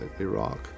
Iraq